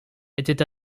était